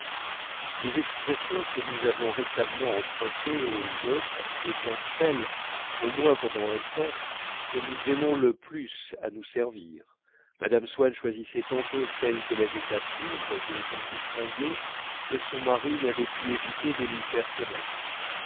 les expressions que nous avons récemment empruntées aux autres étant celles au moins pendant un temps dont nous aimons le plus à nous servir mme swann choisissait tantôt celles qu'elle avait apprises de gens distingués que son mari n'avait pu éviter de lui faire connaître